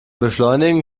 beschleunigen